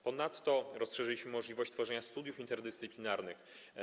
Ponadto rozszerzyliśmy możliwość tworzenia studiów interdyscyplinarnych.